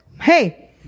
Hey